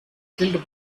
killed